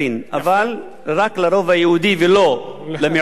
אבל רק לרוב היהודי ולא למיעוט הערבי.